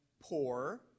poor